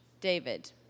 David